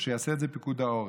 ושיעשה את זה פיקוד העורף,